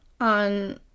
On